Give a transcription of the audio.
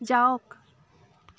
যাওক